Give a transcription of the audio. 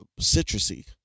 Citrusy